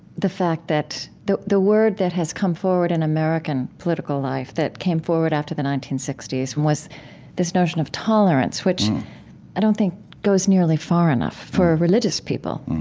the fact that the the word that has come forward in american political life, that came forward after the nineteen sixty s, was this notion of tolerance, which i don't think goes nearly far enough for religious people.